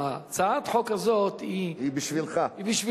הצעת החוק הזאת היא בשבילך,